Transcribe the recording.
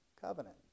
covenant